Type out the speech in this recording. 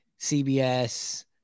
CBS